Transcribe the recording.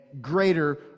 greater